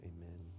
Amen